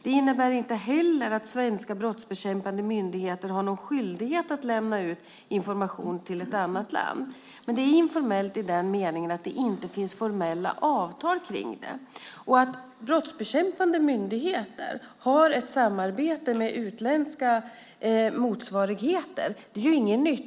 Det innebär inte heller att svenska brottsbekämpande myndigheter har någon skyldighet att lämna ut information till ett annat land. Men det är informellt i den meningen att det inte finns formella avtal kring det. Att brottsbekämpande myndigheter har ett samarbete med utländska motsvarigheter är ingenting nytt.